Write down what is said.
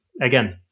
again